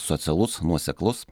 socialus nuoseklus